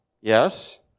yes